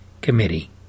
Committee